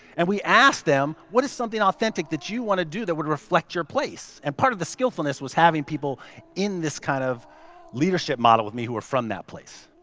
and we asked them, what is something authentic that you want to do that would reflect your place. and part of the skillfulness is having people in this kind of leadership model with me who are from that place.